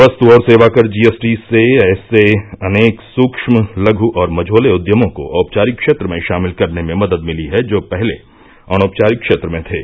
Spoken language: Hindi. वस्तु और सेवा कर जीएसटी से ऐसे अनेक सूक्ष्म लघु और मझोले उद्यमों को औपचारिक क्षेत्र में शामिल करने में मदद मिली है जो पहले अनौपचारिक क्षेत्र में थे